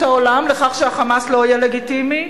העולם לכך שה"חמאס" לא יהיה לגיטימי,